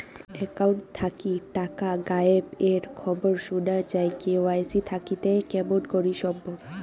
Account থাকি টাকা গায়েব এর খবর সুনা যায় কে.ওয়াই.সি থাকিতে কেমন করি সম্ভব?